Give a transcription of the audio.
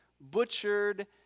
butchered